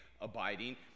abiding